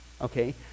okay